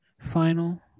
final